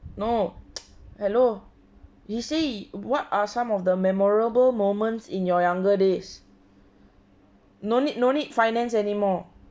no hello you say what are some of the memorable moments in your younger days no need no need finance anymore